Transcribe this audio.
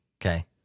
okay